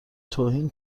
توهین